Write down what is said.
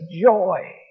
joy